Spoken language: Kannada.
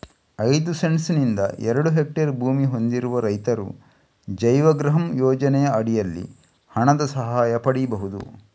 ಐದು ಸೆಂಟ್ಸ್ ನಿಂದ ಎರಡು ಹೆಕ್ಟೇರ್ ಭೂಮಿ ಹೊಂದಿರುವ ರೈತರು ಜೈವಗೃಹಂ ಯೋಜನೆಯ ಅಡಿನಲ್ಲಿ ಹಣದ ಸಹಾಯ ಪಡೀಬಹುದು